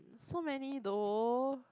so many though